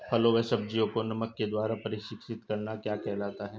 फलों व सब्जियों को नमक के द्वारा परीक्षित करना क्या कहलाता है?